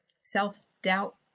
self-doubt